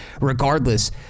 Regardless